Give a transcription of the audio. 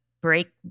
break